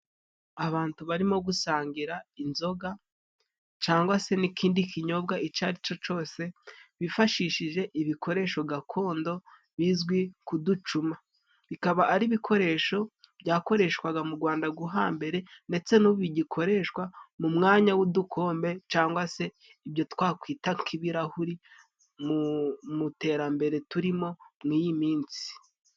Abantu barimo gusangira inzoga cangwa se n'ikindi kinyobwa ico arico cose, bifashishije ibikoresho gakondo bizwi nk'uducuma. Bikaba ari ibikoresho byakoreshwaga mu Rwanda rwo hambere ndetse n'ubu bigikoreshwa, mu mwanya w'udukombe cyangwa se ibyo twakwita nk'ibirahuri, mu iterambere turimo mw'iyi minsi.